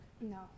No